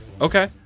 Okay